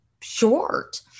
short